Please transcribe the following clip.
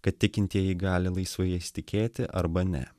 kad tikintieji gali laisvai jais tikėti arba ne